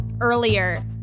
earlier